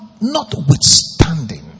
notwithstanding